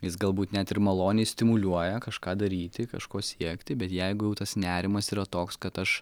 jis galbūt net ir maloniai stimuliuoja kažką daryti kažko siekti bet jeigu tas nerimas yra toks kad aš